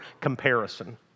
comparison